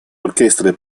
orchestre